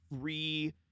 free